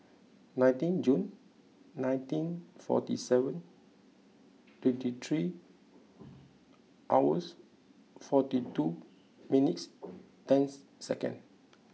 nineteen Jun nineteen forty seven twenty three hours forty two minutes and second